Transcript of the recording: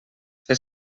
fer